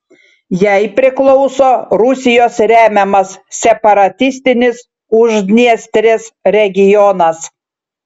jai priklauso rusijos remiamas separatistinis uždniestrės regionas